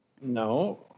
No